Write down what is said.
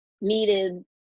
needed